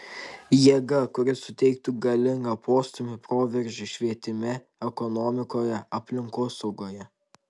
jėga kuri suteiktų galingą postūmį proveržiui švietime ekonomikoje aplinkosaugoje